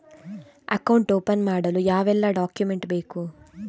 Account open ಮಾಡಲು ಯಾವೆಲ್ಲ document ಬೇಕು?